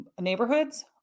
neighborhoods